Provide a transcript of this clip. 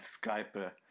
Skype